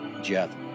Jeff